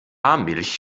milch